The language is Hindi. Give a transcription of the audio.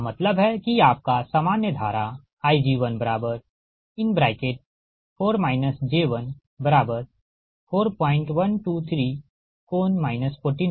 इसका मतलब है कि आपका सामान्य धारा Ig14 j14123∠ 14है